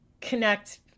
connect